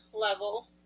level